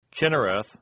Kinnereth